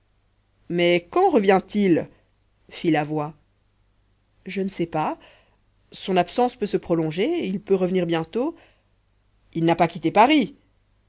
mais quand revient-il fit la voix je ne sais pas son absence peut se prolonger il peut revenir bientôt il n'a pas quitté paris